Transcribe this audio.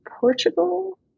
Portugal